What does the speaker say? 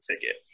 ticket